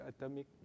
atomic